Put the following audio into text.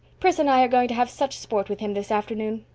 pris and i are going to have such sport with him this afternoon.